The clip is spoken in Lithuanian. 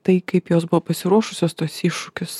tai kaip jos buvo pasiruošusios tuos iššūkius